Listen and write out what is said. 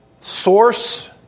source